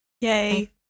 Yay